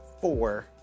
four